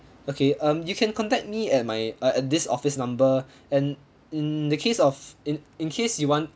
okay um you can contact me at my uh at this office number and in the case of in in case you want